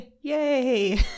yay